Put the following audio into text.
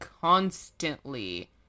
constantly